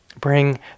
bring